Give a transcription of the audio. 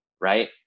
right